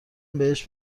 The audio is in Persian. بهش